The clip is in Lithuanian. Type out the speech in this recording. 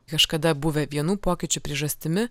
kažkada buvę vienų pokyčių priežastimi